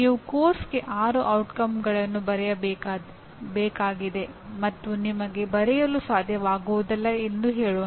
ನೀವು ಪಠ್ಯಕ್ರಮಕ್ಕೆ ಆರು ಪರಿಣಾಮಗಳನ್ನು ಬರೆಯಬೇಕಾಗಿದೆ ಮತ್ತು ನಿಮಗೆ ಬರೆಯಲು ಸಾಧ್ಯವಾಗುವುದಿಲ್ಲ ಎಂದು ಹೇಳೋಣ